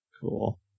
Cool